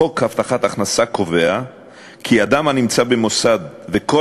חוק הבטחת הכנסה קובע כי אדם הנמצא במוסד וכל